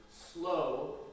slow